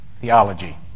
Theology